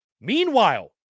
Meanwhile